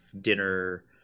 dinner